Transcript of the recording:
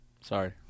sorry